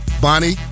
Bonnie